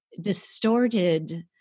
distorted